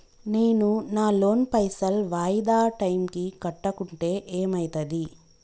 నేను నా లోన్ పైసల్ వాయిదా టైం కి కట్టకుంటే ఏమైతది?